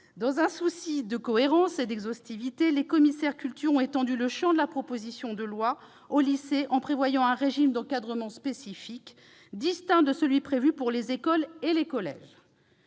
Dans un souci de cohérence et d'exhaustivité, les membres de la commission de la culture ont donc étendu le champ de la proposition de loi aux lycées, en prévoyant un régime d'encadrement spécifique, distinct du régime défini pour les écoles et les collèges.